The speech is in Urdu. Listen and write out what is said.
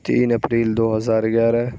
تین اپریل دو ہزار گیارہ